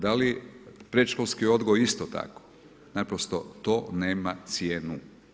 Da li, predškolski odgoj isto tako, naprosto to nema cijenu.